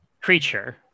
creature